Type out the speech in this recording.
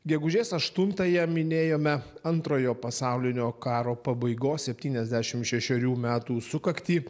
gegužės aštuntąją minėjome antrojo pasaulinio karo pabaigos septyniasdešimt šešerių metų sukaktį